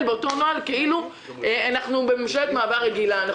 באותו נוהל כאילו אנחנו בממשלת מעבר רגילה.